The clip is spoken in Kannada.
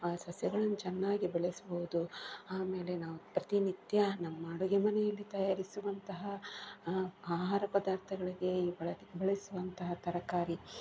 ಆ ಸಸ್ಯಗಳನ್ನು ಚೆನ್ನಾಗಿ ಬೆಳೆಸ್ಬೋದು ಆಮೇಲೆ ನಾವು ಪ್ರತಿನಿತ್ಯ ನಮ್ಮ ಅಡುಗೆಮನೆಯಲ್ಲಿ ತಯಾರಿಸುವಂತಹ ಆಹಾರ ಪದಾರ್ಥಗಳಿಗೆ ಬಳಕೆ ಬಳಸುವಂತಹ ತರಕಾರಿ